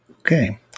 Okay